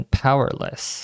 powerless